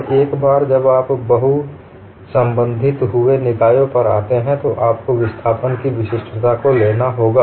और एक बार जब आप बहुसंबंधितहुए निकायों पर आते हैं तो आपको विस्थापन की विशिष्टता को लेना होगा